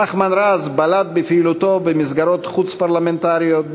נחמן רז בלט בפעילותו במסגרות חוץ-פרלמנטריות,